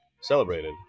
celebrated